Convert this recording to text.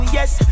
Yes